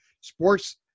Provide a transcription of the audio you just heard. sports –